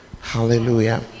Hallelujah